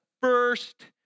first